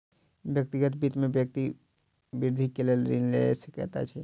व्यक्तिगत वित्त में व्यक्ति वृद्धि के लेल ऋण लय सकैत अछि